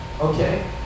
okay